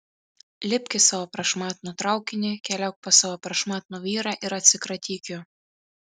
lipk į savo prašmatnų traukinį keliauk pas savo prašmatnų vyrą ir atsikratyk jo